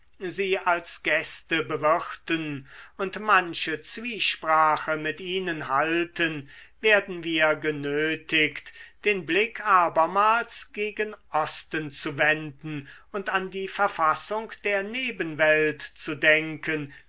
sie als gäste bewirten und manche zwiesprache mit ihnen halten werden wir genötigt den blick abermals gegen osten zu wenden und an die verfassung der nebenwelt zu denken